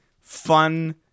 fun